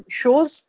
shows